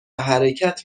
حرکت